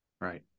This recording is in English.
right